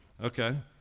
okay